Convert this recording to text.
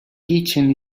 keychain